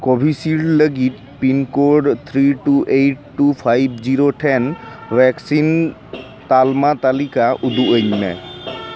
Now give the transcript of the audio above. Covishield ᱞᱟᱹᱜᱤᱫ pin code three two eight two five zero then vaccine ᱛᱟᱞᱢᱟ ᱛᱟᱹᱞᱤᱠᱟ ᱩᱫᱩᱜ ᱟᱹᱧ ᱢᱮ